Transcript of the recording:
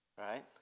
right